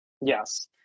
Yes